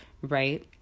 right